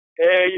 Hey